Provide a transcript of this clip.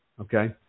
Okay